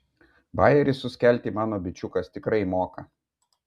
bajerį suskelti mano bičiukas tikrai moka